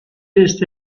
ist